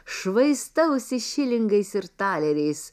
švaistausi šilingais ir taleriais